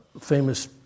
famous